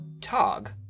Tog